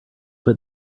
put